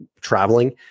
traveling